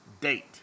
date